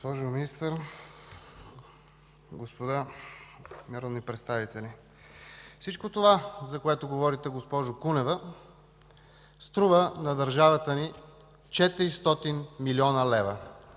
Госпожо Министър, господа народни представители! Всичко това, за което говорите, госпожо Кунева, струва на държавата ни 400 млн. лв.